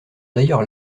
d’ailleurs